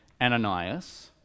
Ananias